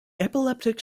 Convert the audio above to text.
epileptic